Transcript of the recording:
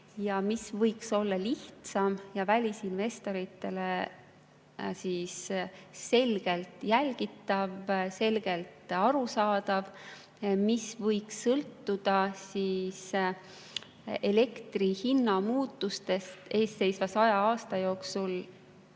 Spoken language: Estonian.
mis võiks olla lihtsam ja välisinvestoritele selgelt jälgitav, selgelt arusaadav, mis võiks sõltuda elektri hinna muutustest eelseisva saja aasta jooksul.